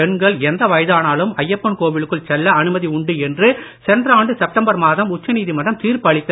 பெண்கள் எந்த வயதானாலும் ஐயப்பன் கோவிலுக்குள் செல்ல அனுமதி உண்டு என்று சென்ற ஆண்டு செப்டம்பர் மாதம் உச்ச நீதிமன்றம் தீர்ப்பு அளித்து